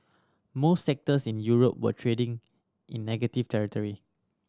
most sectors in Europe were trading in negative territory